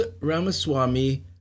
Ramaswamy